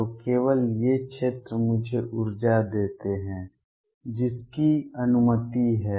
तो केवल ये क्षेत्र मुझे ऊर्जा देते हैं जिसकी अनुमति है